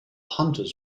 hunters